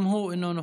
גם הוא אינו נוכח,